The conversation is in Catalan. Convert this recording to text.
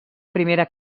primera